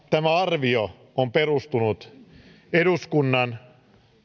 tämä arvio on perustunut eduskunnan